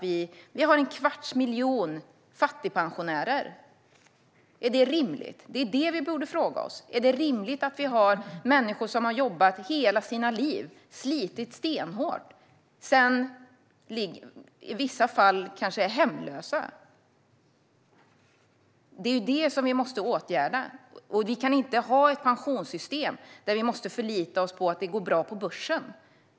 Vi har en kvarts miljon fattigpensionärer. Är det rimligt? Det är det vi borde fråga oss. Är det rimligt att människor som har jobbat hela sina liv, slitit stenhårt, i vissa fall kanske är hemlösa? Det är det vi måste åtgärda. Vi kan inte heller ha ett pensionssystem där vi måste förlita oss på att det går bra på börsen.